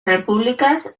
repúbliques